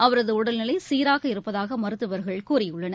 அவரது உடல்நிலை சீராக இருப்பதாக மருத்துவர்கள் கூறியுள்ளனர்